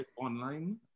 online